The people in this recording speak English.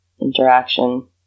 interaction